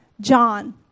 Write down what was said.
John